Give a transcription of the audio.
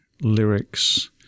lyrics